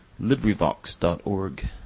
LibriVox.org